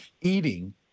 eating